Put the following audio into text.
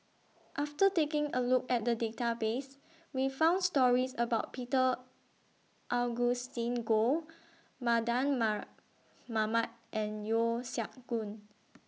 after taking A Look At The Database We found stories about Peter Augustine Goh Mardan Mar Mamat and Yeo Siak Goon